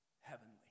heavenly